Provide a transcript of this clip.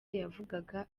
yavugaga